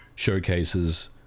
showcases